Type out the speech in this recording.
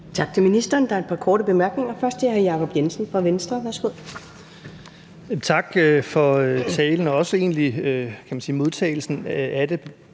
Tak til ministeren. Der er et par korte bemærkninger. Først er det hr. Jacob Jensen fra Venstre. Værsgo. Kl. 19:49 Jacob Jensen (V):